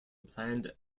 planned